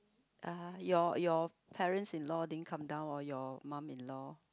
uh your your parents-in-law didn't come down or your mum-in-law